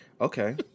okay